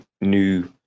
new